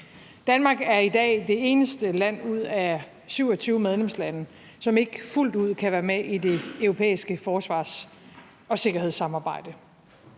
Danmark er i dag det eneste land ud af 27 medlemslande, som ikke fuldt ud kan være med i det europæiske forsvars- og sikkerhedssamarbejde.